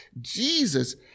Jesus